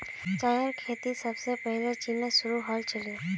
चायेर खेती सबसे पहले चीनत शुरू हल छीले